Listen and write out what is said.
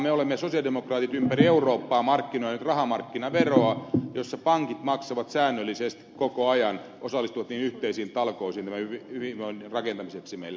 me sosialidemokraatit ympäri eurooppaa olemme markkinoineet rahamarkkinaveroa jossa pankit maksavat säännöllisesti koko ajan osallistuvat yhteisiin talkoisiin hyvinvoinnin rakentamiseksi meille